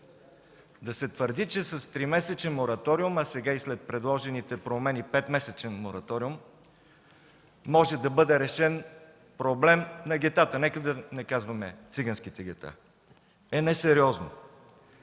Да се твърди, че с 3-месечен мораториум, а сега и след предложените промени – 5-месечен мораториум, може да бъде решен проблем на гетата – нека да не казваме „циганските гета”, е несериозно.